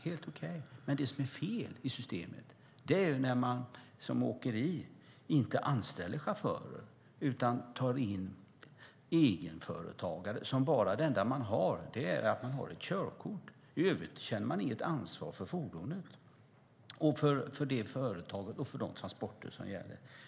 Men det är som är fel i systemet är när ett åkeri inte anställer chaufförer utan tar in egenföretagare som har ett körkort som det enda de har. I övrigt känner man inget ansvar för fordonet, för företaget och för de transporter som gäller.